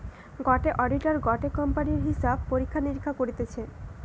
গটে অডিটার গটে কোম্পানির হিসাব পরীক্ষা নিরীক্ষা করতিছে